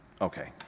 Okay